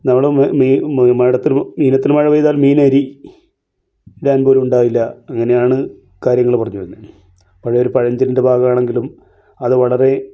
നമ്മൾ ഈ മെയ് മേടത്തിൽ മീനത്തിൽ മഴ പെയ്താൽ മീനരി ഇടാൻ പോലും ഉണ്ടാകില്ല അങ്ങനെയാണ് കാര്യങ്ങൾ പറഞ്ഞ് വരുന്നത് പഴയൊരു പഴഞ്ചൊല്ലിൻ്റെ ഭാഗമാണങ്കിലും അത് വളരെ